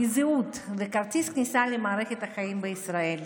היא זהות וכרטיס כניסה למערכת החיים בישראל.